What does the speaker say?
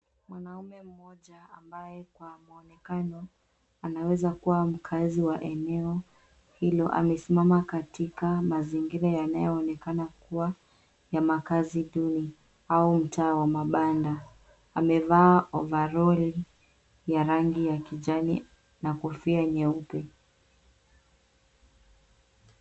Mwanaume mmoja ambaye kwa muonekano anaweza kuwa mkaazi wa eneo hilo. Amesimama katika mazingira yanayoonekana kuwa ya majani duni au mtaa wa mabanda. Amevaa ovaroli ya rangi ya kijani na kofia nyeupe.